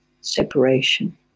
separation